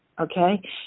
okay